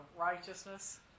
righteousness